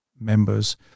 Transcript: members